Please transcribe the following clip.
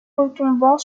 retombant